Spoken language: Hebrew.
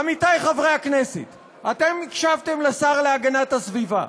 עמיתי חברי הכנסת, אתם הקשבתם לשר להגנת הסביבה,